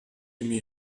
jimi